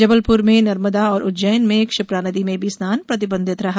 जबलपुर में नर्मदा और उज्जैन में क्षिप्रा नदी में भी स्नान प्रतिबंधित रहा